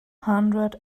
hundred